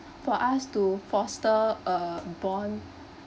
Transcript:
for us to foster a bond